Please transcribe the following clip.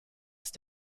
ist